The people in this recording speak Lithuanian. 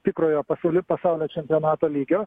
tikrojo pasauli pasaulio čempionato lygio